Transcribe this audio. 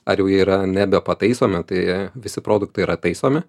ar jau jie yra nebepataisomi tai visi produktai yra taisomi